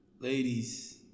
Ladies